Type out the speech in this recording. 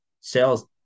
sales